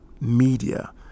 media